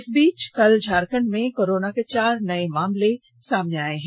इस बीच कल झारखंड में कोरोना के चार नये मामले सामने आये हैं